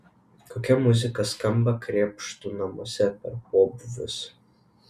kokia muzika skamba krėpštų namuose per pobūvius